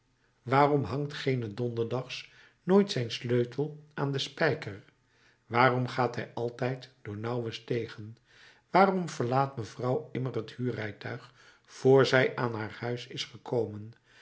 waarom hangt gene donderdags nooit zijn sleutel aan den spijker waarom gaat hij altijd door nauwe stegen waarom verlaat mevrouw immer het huurrijtuig vr zij aan haar huis is gekomen